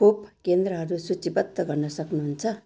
खोप केन्द्रहरू सूचीबद्ध गर्न सक्नुहुन्छ